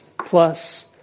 plus